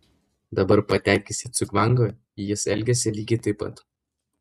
dabar patekęs į cugcvangą jis elgiasi lygiai taip pat